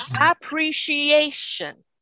appreciation